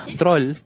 troll